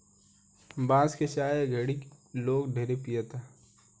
बांस के चाय ए घड़ी लोग ढेरे पियता